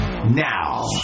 Now